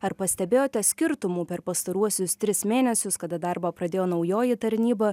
ar pastebėjote skirtumų per pastaruosius tris mėnesius kada darbą pradėjo naujoji tarnyba